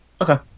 Okay